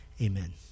Amen